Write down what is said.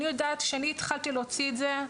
אני יודעת שאני התחלתי להוציא את זה,